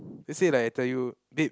let's say like I tell you babe